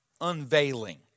unveiling